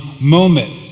moment